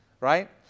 Right